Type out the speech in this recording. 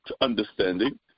understanding